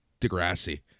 Degrassi